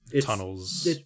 Tunnels